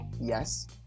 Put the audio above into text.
yes